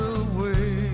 away